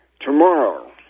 tomorrow